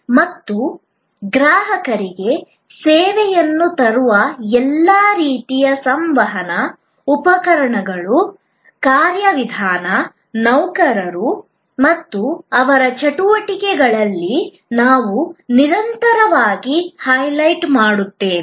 ಮತ್ತು ಗ್ರಾಹಕರಿಗೆ ಸೇವೆಯನ್ನು ತರುವ ಎಲ್ಲಾ ರೀತಿಯ ಸಂವಹನ ಉಪಕರಣಗಳು ಕಾರ್ಯವಿಧಾನ ನೌಕರರು ಮತ್ತು ಅವರ ಚಟುವಟಿಕೆಗಳಲ್ಲಿ ನಾವು ನಿರಂತರವಾಗಿ ಹೈಲೈಟ್ ಮಾಡುತ್ತೇವೆ